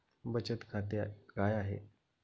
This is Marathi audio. बचत खाते काय आहे?